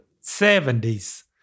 70s